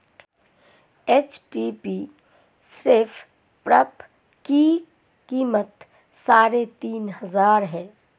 HTP spray pump की कीमत साढ़े तीन हजार है